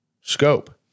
scope